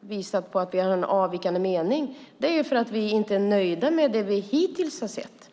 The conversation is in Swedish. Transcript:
visat att vi har en avvikande mening är för att vi inte är nöjda med det som vi hittills har sett.